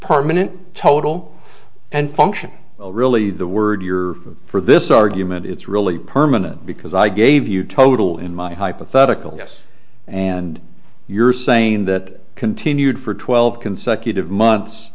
permanent total and function really the word your for this argument it's really permanent because i gave you total in my hypothetical yes and you're saying that continued for twelve consecutive